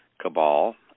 cabal